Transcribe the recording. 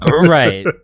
Right